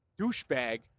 douchebag